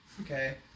okay